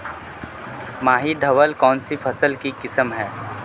माही धवल कौनसी फसल की किस्म है?